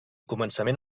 començament